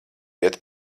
iet